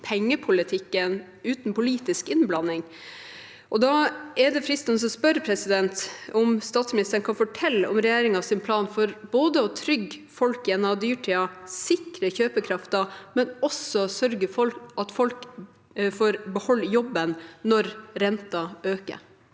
pengepolitikken uten politisk innblanding. Da er det fristende å spørre om statsministeren kan fortelle om regjeringens plan for ikke bare å trygge folk gjennom dyrtiden og sikre kjøpekraften, men også sørge for at folk får beholde jobben når renten øker.